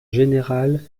général